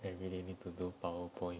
and really need to do PowerPoint